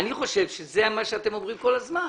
אני חושב שזה מה שאתם אומרים כל הזמן.